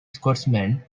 scotsman